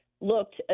looked